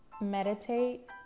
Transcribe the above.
meditate